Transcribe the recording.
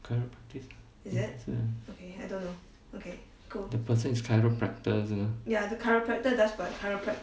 chiropractice lah makes sense the person is chiropractor 是吗